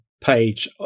page